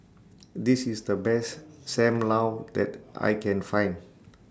This IS The Best SAM Lau that I Can Find